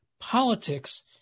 politics